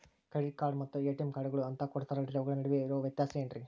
Credit card ಮತ್ತ ATM ಕಾರ್ಡುಗಳು ಅಂತಾ ಕೊಡುತ್ತಾರಲ್ರಿ ಅವುಗಳ ನಡುವೆ ಇರೋ ವ್ಯತ್ಯಾಸ ಏನ್ರಿ?